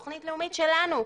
תכנית לאומי שלנו,